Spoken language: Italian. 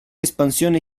espansione